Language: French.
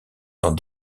dans